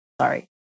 sorry